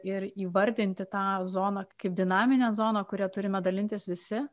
ir įvardinti tą zoną kaip dinaminę zoną kuria turime dalintis visi